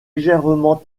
légèrement